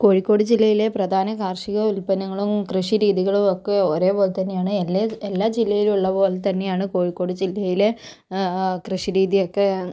കോഴിക്കോട് ജില്ലയിലെ പ്രധാന കാർഷിക ഉത്പന്നങ്ങളും കൃഷി രീതികളും ഒക്കെ ഒരേ പോലെ തന്നെയാണ് എല്ലാ എല്ലാ ജില്ലയിലുള്ള പോലെത്തന്നെയാണ് കോഴിക്കോട് ജില്ലയിൽ കൃഷി രീതിയൊക്കെ